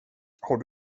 har